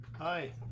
Hi